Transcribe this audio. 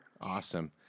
Awesome